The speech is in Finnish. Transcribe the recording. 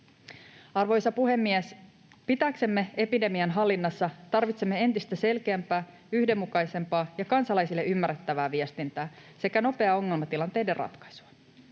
Arvoisa puhemies! Pitääksemme epidemian hallinnassa tarvitsemme entistä selkeämpää, yhdenmukaisempaa ja kansalaisille ymmärrettävää viestintää sekä nopeaa ongelmatilanteiden ratkaisua.